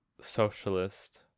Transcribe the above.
socialist